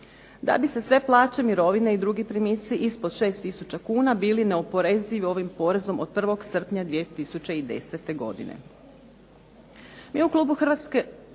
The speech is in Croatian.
da bi se sve plaće, mirovine i drugi primici ispod 6 tisuća kuna bili neoporezivi ovim porezom od 01. srpnja 2010. godine.